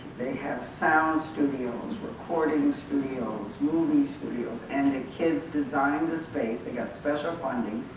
they have sound studios, recording studios, movie studios and the kids designed this space, they got special funding,